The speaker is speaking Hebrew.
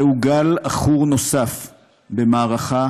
זהו גל עכור נוסף במערכה